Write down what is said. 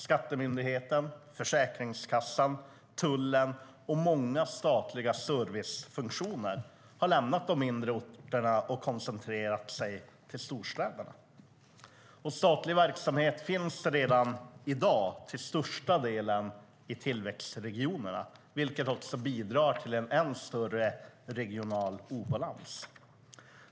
Skattemyndigheten, Försäkringskassan, tullen och många statliga servicefunktioner har lämnat de mindre orterna och koncentrerat sig till storstäderna. Statlig verksamhet finns redan i dag till största delen i tillväxtregionerna, vilket också bidrar till en än större regional obalans.